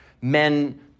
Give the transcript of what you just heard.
men